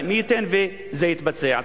מי ייתן וזה יתבצע.